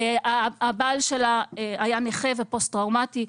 הבעל שלה היה נכה ופוסט טראומטי,